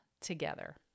together